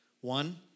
One